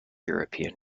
european